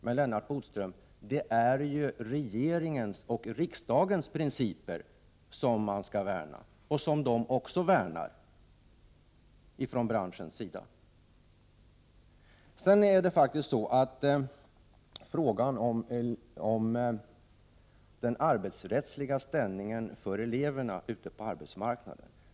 Men, Lennart Bodström, det är ju riksdagens och regeringens principer som man skall värna och som man också värnar om från branschens sida. Det handlar om den arbetsrättsliga ställningen för eleverna ute på arbetsmarknaden.